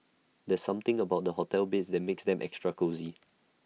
there's something about the hotel beds that makes them extra cosy